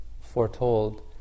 foretold